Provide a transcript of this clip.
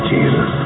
Jesus